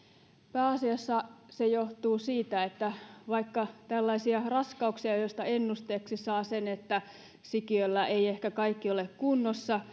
pääasiassa se johtuu siitä että vaikka tällaisia raskauksia joista ennusteeksi saa sen että sikiöllä ei ehkä kaikki ole kunnossa